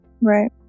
Right